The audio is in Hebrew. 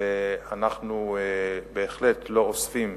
ואנחנו בהחלט לא אוספים